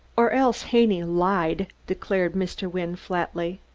or else haney lied, declared mr. wynne flatly.